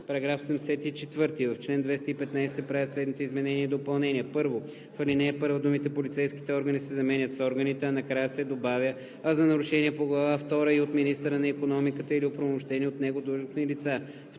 § 74. „§ 74. В чл. 215 се правят следните изменения и допълнения: 1. В ал. 1 думите „полицейските органи“ се заменят с „органите“, а накрая се добавя „а за нарушения по глава втора и от министъра на икономиката или оправомощени от него длъжностни лица“.